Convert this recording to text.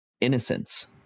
Innocence